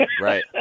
Right